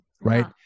Right